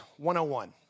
101